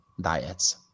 diets